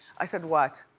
i said, what?